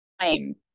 time